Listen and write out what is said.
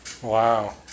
Wow